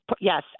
Yes